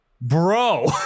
bro